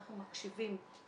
אנחנו מקשיבים,